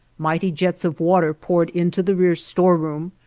mighty jets of water poured into the rear storeroom,